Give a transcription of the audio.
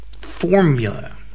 formula